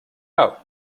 out